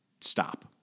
Stop